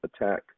attack